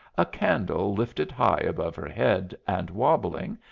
a candle lifted high above her head and wobbling,